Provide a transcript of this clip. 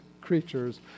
creatures